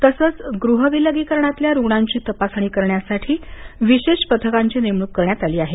तसंच गृह विलगीकरणातल्या रुग्णांची तपासणी करण्यासाठी विशेष पथकांची नेमणूक करण्यात आली आहे